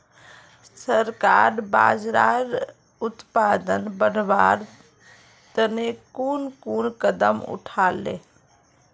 सरकार बाजरार उत्पादन बढ़वार तने कुन कुन कदम उठा ले